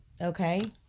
okay